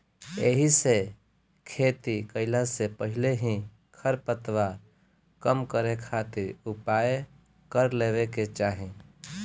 एहिसे खेती कईला से पहिले ही खरपतवार कम करे खातिर उपाय कर लेवे के चाही